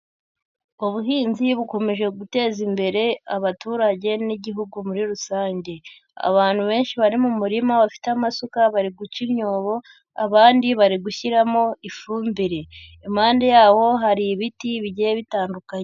Ubuhinzi bukomeje guteza imbere abaturage n'igihugu muri rusange, abantu benshi bari mu murima bafite amasukari bari guca imyobo, abandi bari gushyiramo ifumbire, impande yaho hari ibiti bigiye bitandukanye.